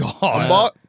god